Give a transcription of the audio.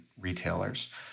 retailers